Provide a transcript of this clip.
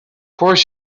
course